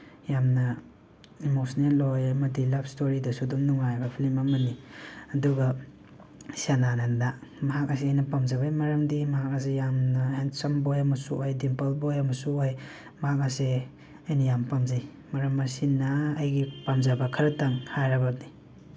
ꯌꯥꯝꯅ ꯏꯃꯣꯁꯅꯦꯜ ꯑꯣꯏ ꯑꯃꯗꯤ ꯂꯞ ꯏꯁꯇꯣꯔꯤꯗꯁꯨ ꯑꯗꯨꯝ ꯅꯨꯡꯉꯥꯏꯕ ꯑꯃꯅꯤ ꯑꯗꯨꯒ ꯁꯗꯥꯅꯟꯗ ꯃꯍꯥꯛ ꯑꯁꯤ ꯑꯩꯅ ꯄꯥꯝꯖꯕꯒꯤ ꯃꯔꯝꯗꯤ ꯃꯍꯥꯛ ꯑꯁꯤ ꯌꯥꯝꯅ ꯍꯦꯟꯁꯝ ꯕꯣꯏ ꯑꯃꯁꯨ ꯑꯣꯏ ꯗꯤꯝꯄꯜ ꯕꯣꯏ ꯑꯃꯁꯨ ꯑꯣꯏ ꯃꯍꯥꯛ ꯑꯁꯤ ꯑꯩꯅ ꯌꯥꯝ ꯄꯥꯝꯖꯩ ꯃꯔꯝ ꯑꯁꯤꯅ ꯑꯩꯒꯤ ꯄꯥꯝꯖꯕ ꯈꯔꯇꯪ ꯍꯥꯏꯔꯕꯅꯤ